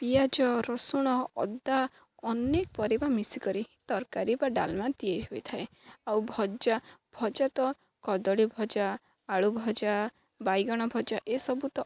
ପିଆଜ ରସୁଣ ଅଦା ଅନେକ ପରିବା ମିଶିକରି ତରକାରୀ ବା ଡାଲମା ତିଆରି ହୋଇଥାଏ ଆଉ ଭଜା ଭଜା ତ କଦଳୀ ଭଜା ଆଳୁ ଭଜା ବାଇଗଣ ଭଜା ଏସବୁ ତ